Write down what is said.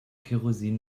kerosin